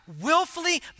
willfully